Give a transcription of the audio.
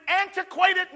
antiquated